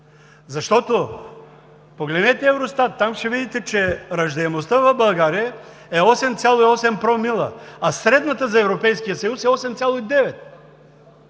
години. Погледнете Евростат и там ще видите, че раждаемостта в България е 8,8 промила, а средната за Европейския съюз е 8,9,